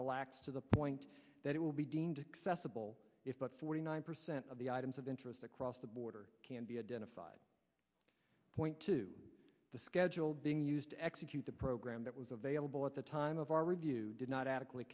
relaxed to the point that it will be deemed acceptable if but forty nine percent of the items of interest across the board or can be identified point to the schedule being used to execute the program that was available at the time of our review did not adequate